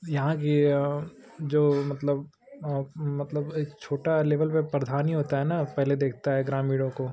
यहाँ की जो मतलब मतलब एक छोटा लेवल पर प्रधानी होता है न पहले देखता है ग्रामीणों को